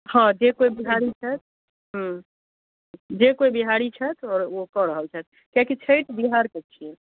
हँ जे कोइ बिहारी छथि हँ जे कोइ बिहारी छथि ओ कऽ रहल छथि कियाकि छठि बिहारके छिए